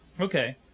Okay